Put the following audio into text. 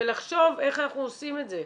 ולחשוב איך אנחנו עושים את זה.